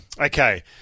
okay